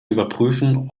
überprüfen